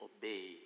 obey